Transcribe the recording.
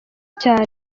cyane